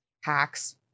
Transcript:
hacks